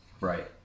Right